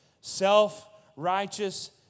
self-righteous